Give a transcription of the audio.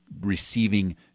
receiving